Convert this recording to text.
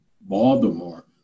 Baltimore